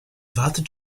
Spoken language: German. wartet